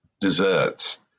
desserts